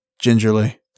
gingerly